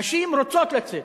נשים רוצות לצאת,